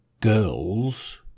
girls